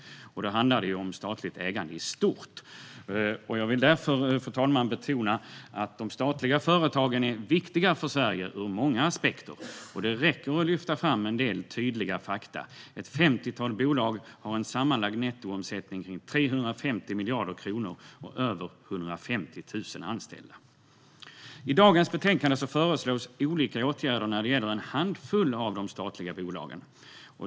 Då handlar det om statligt ägande i stort. Jag vill därför, fru talman, betona att de statliga företagen är viktiga för Sverige ur många aspekter. Det räcker att lyfta fram en del tydliga fakta. Ett femtiotal bolag har en sammanlagd nettoomsättning kring 350 miljarder kronor och över 150 000 anställda. I dagens betänkande föreslås olika åtgärder när det gäller en handfull av de statliga bolagen.